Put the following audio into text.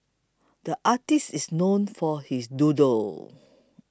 the artist is known for his doodles